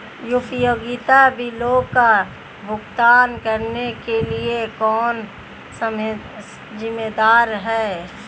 उपयोगिता बिलों का भुगतान करने के लिए कौन जिम्मेदार है?